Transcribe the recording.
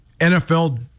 NFL